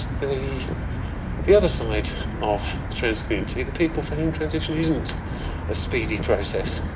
the the other side of the trans community, the people for whom transition isn't a speedy process.